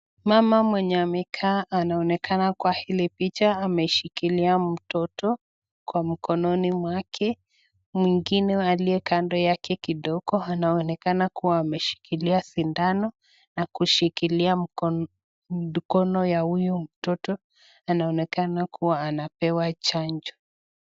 Mama mwenye amekaa anaonekana kwa hili picha ameshikilia mtoto kwa mkononi mwake, mwingine aliyekando yake kidogo anaonekana kuwa ameshikilia shindano, na kushikilia mkono ya huyu mtoto, anaonekana kuwa anapewa chanjo.